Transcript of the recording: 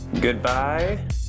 Goodbye